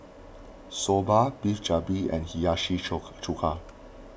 Soba Beef Galbi and Hiyashi Chuka